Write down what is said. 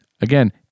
again